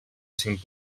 cinc